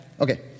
Okay